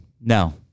No